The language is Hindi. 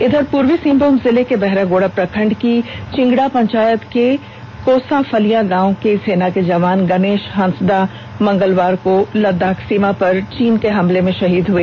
इधर पूर्वी सिंहभूम जिले के बहरागोड़ा प्रखंड की चिंगडा पंचायत के कोसाफलिया गांव के सेना के जवान गणेश हांसदा मंगलवार को लद्दाख सीमा पर चीन के हमले में शहीद हो गए